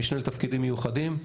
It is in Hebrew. המשנה לתפקידים מיוחדים,